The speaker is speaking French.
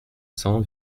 cents